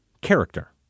character